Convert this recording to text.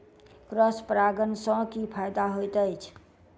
Cross परागण सँ की फायदा हएत अछि?